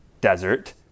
desert